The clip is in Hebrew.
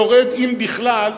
יורד אם בכלל,